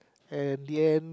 and the end